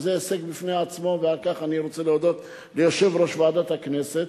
שזה הישג בפני עצמו ועל כך אני רוצה להודות ליושב-ראש ועדת הכנסת,